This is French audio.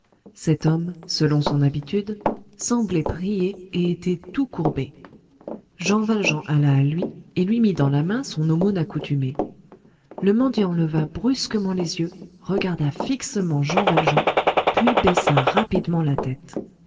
cet homme selon son habitude semblait prier et était tout courbé jean valjean alla à lui et lui mit dans la main son aumône accoutumée le mendiant leva brusquement les yeux regarda fixement jean valjean puis baissa rapidement la tête